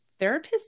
Therapists